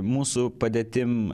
mūsų padėtim